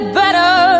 better